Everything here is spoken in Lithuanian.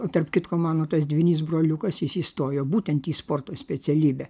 o tarp kitko mano tas dvynys broliukas jis įstojo būtent į sporto specialybę